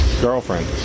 girlfriend